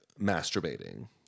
masturbating